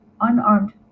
unarmed